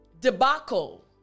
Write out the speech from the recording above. debacle